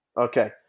Okay